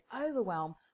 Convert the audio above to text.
overwhelm